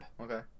Okay